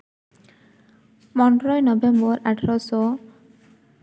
ᱯᱚᱱᱨᱚᱭ ᱱᱚᱵᱷᱮᱢᱵᱚᱨ ᱟᱴᱷᱨᱚᱥᱚ